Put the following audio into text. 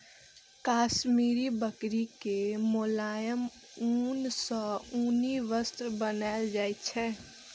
काश्मीरी बकरी के मोलायम ऊन सं उनी वस्त्र बनाएल जाइ छै